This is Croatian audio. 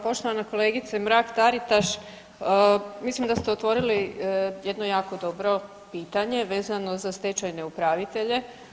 Poštovana kolegice Mrak Taritaš, mislim da ste otvorili jedno jako dobro pitanje vezano za stečajne upravitelje.